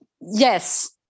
Yes